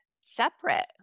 separate